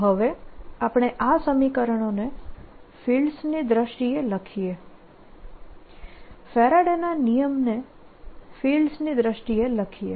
તો હવે આપણે આ સમીકરણોને ફિલ્ડ્સની દ્રષ્ટિએ લખીએ ફેરાડેના નિયમને ફિલ્ડ્સની દ્રષ્ટિએ લખીએ